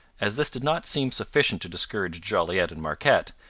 as this did not seem sufficient to discourage jolliet and marquette,